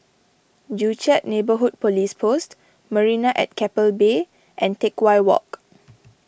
Joo Chiat Neighbourhood Police Post Marina at Keppel Bay and Teck Whye Walk